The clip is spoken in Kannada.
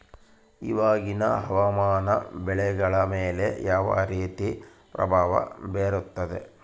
ಇವಾಗಿನ ಹವಾಮಾನ ಬೆಳೆಗಳ ಮೇಲೆ ಯಾವ ರೇತಿ ಪ್ರಭಾವ ಬೇರುತ್ತದೆ?